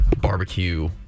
barbecue